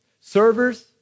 servers